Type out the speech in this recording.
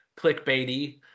clickbaity